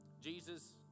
Jesus